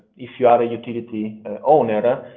if you are a utility and owner, but